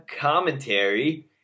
Commentary